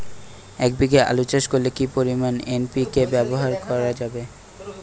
এক বিঘে আলু চাষ করলে কি পরিমাণ এন.পি.কে ব্যবহার করা যাবে?